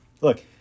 look